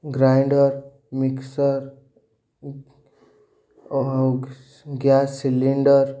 grinder mixture gas cylinder